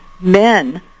Men